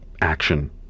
action